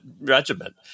regiment